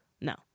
No